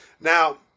Now